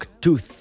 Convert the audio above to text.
Tooth